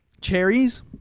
cherries